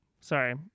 sorry